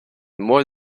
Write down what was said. more